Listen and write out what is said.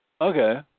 Okay